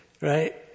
right